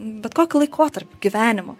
bet kokiu laikotarpiu gyvenimo